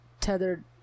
tethered